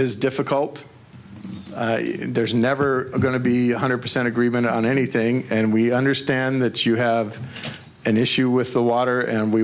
is difficult there's never going to be one hundred percent agreement on anything and we understand that you have an issue with the water and we